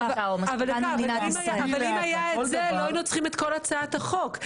אם היה את זה, לא היינו צריכים את כל הצעת החוק.